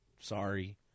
sorry